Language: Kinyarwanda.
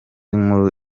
nkuru